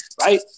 right